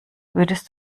würdest